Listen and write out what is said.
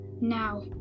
now